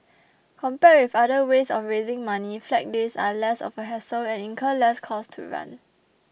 compared with other ways of raising money flag days are less of a hassle and incur less cost to run